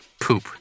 poop